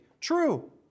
True